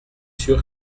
sûr